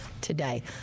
today